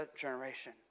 generation